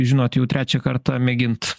žinot jau trečią kartą mėgint